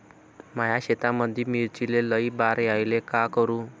माया शेतामंदी मिर्चीले लई बार यायले का करू?